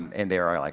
and they're like,